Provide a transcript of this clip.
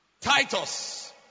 Titus